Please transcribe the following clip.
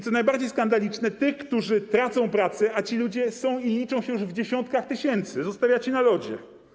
Co najbardziej skandaliczne, tych, którzy tracą pracę, a ci ludzie liczą się już w dziesiątkach tysięcy, zostawiacie na lodzie.